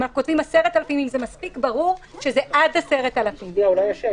אם כאשר כותבים "10,000 שקלים" מספיק ברור שזה עד 10,000 שקלים.